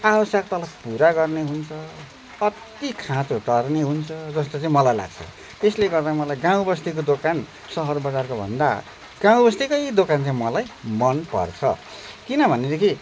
आवश्यकतालाई पुरा गर्ने हुन्छ कत्ति खाँचो टार्ने हुन्छ जस्तो चाहिँ मलाई लाग्छ यसले गर्दा मलाई गाउँबस्तीको दोकान सहरबजारको भन्दा गाउँबस्तीकै दोकान चाहिँ मलाई मनपर्छ किनभनेदेखि